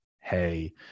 Hey